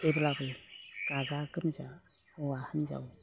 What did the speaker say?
जेब्लाबो गाजा गोमजा हौवा हिनजाव